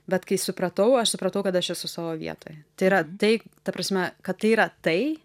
bet kai supratau aš supratau kad aš esu savo vietoje tai yra tai ta prasme kad tai yra tai